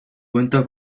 cuenta